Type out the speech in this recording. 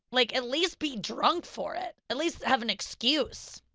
like, at least be drunk for it, at least have an excuse.